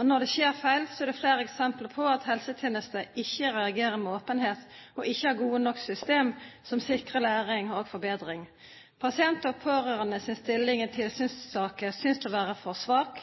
Og når det skjer feil, er det flere eksempler på at helsetjenesten ikke reagerer med åpenhet og ikke har gode nok system som sikrer læring og forbedring. Pasienters og pårørendes stilling i tilsynssaker synes å være for svak.